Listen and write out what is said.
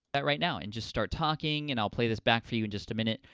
that, right now and just start talking, and i'll play this back for you in just a minute,